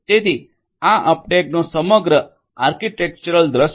તેથી આ અપટેકનો સમગ્ર આર્કિટેક્ચરલ દૃશ્ય છે